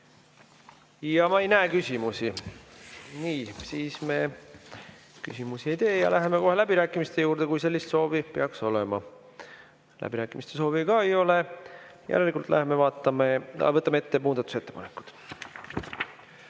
Ma ei näe küsimusi. Siis me küsimusi ei esita ja läheme läbirääkimiste juurde, kui sellist soovi peaks olema. Läbirääkimiste soovi ka ei ole, järelikult võtame ette muudatusettepanekud.